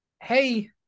hey